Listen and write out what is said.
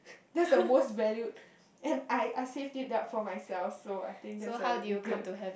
that's the most valued and I I saved it up for myself so I think that's a really good